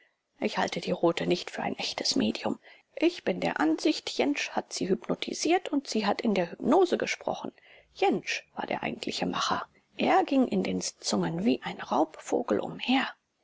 ich halte die rothe nicht für ein echtes medium ich bin der ansicht jentsch hat sie hypnotisiert und sie hat in der hypnose gesprochen jentsch war der eigentliche macher er ging in den sitzungen wie ein raubvogel umher